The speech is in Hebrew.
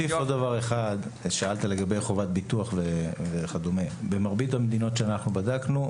שאלת לגבי חובת ביטוח וכד' - במרבית המדינות שבדקנו,